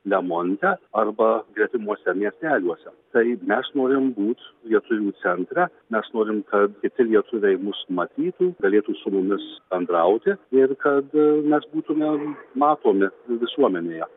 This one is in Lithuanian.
lemonte arba gretimuose miesteliuose taip mes norim būt lietuvių centrą mes norim kad kiti lietuviai mus matytų galėtų su mumis bendrauti ir kad mes būtumėm matomi visuomenėje